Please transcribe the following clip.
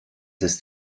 ist